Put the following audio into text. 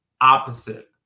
opposite